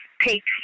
peaks